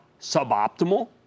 suboptimal